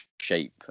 shape